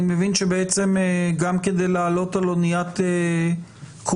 אני מבין שגם כדי להעלות על אניית קרוז